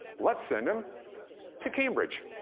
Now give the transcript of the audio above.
let's send him to cambridge.